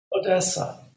Odessa